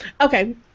Okay